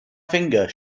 finger